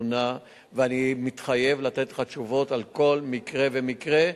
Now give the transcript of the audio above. ואני מתחייב לתת לך תשובות על כל מקרה ומקרה,